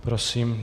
Prosím.